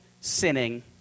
sinning